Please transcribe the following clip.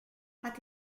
hat